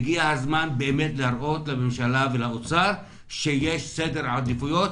והגיע הזמן להראות לממשלה ולאוצר שיש סדר עדיפויות,